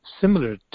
similar